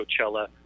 Coachella